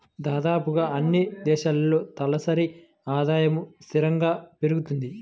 దాదాపుగా అన్నీ దేశాల్లో తలసరి ఆదాయము స్థిరంగా పెరుగుతుంది